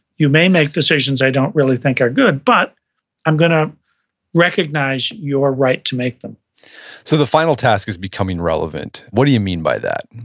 you may make decisions i don't really think are good, but i'm gonna recognize your right to make them so the final task is becoming relevant. what do you mean by that?